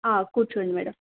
కూర్చోండి మేడమ్